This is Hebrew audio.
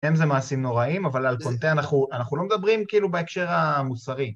הם זה מעשים נוראים אבל על קונטיין אנחנו לא מדברים כאילו בהקשר המוסרי